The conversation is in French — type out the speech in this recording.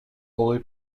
aurait